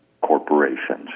corporations